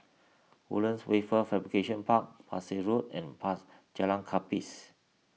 Woodlands Wafer Fabrication Park Pesek Road and Jalan Kapis